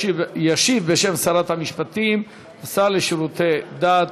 ישיב בשם שרת המשפטים השר לשירותי דת